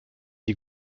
die